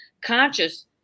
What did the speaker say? conscious